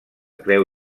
creu